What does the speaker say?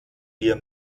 wir